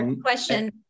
Question